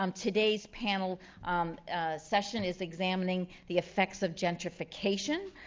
um today's panel session is examining the effects of gentrification.